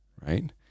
right